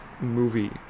movie